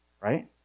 Right